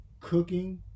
Cooking